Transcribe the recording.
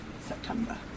September